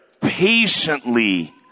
patiently